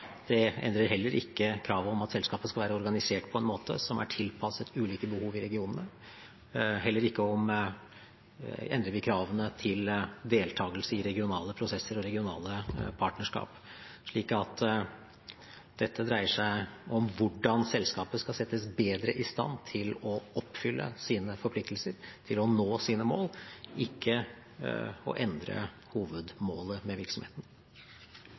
Det endrer heller ikke kravet om at selskapet skal være organisert på en måte som er tilpasset ulike behov i regionene. Heller ikke endrer vi kravene til deltagelse i regionale prosesser og regionale partnerskap. Dette dreier seg om hvordan selskapet skal settes bedre i stand til å oppfylle sine forpliktelser, til å nå sine mål, ikke å endre hovedmålet med virksomheten.